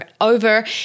over